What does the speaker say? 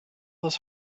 this